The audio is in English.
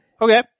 Okay